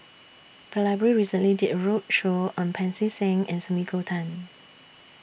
The Library recently did A roadshow on Pancy Seng and Sumiko Tan